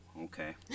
Okay